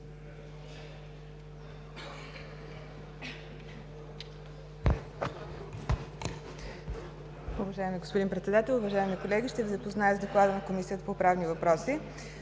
Уважаеми господин Председател, уважаеми колеги! Ще Ви запозная с Доклада на Комисията по правни въпроси: